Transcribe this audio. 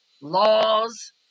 laws